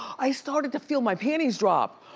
i started to feel my panties drop.